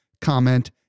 comment